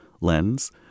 lens